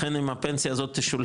לכן אם הפנסיה הזאת תשולם